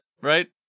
right